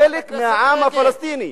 אנחנו חלק מהעם הפלסטיני.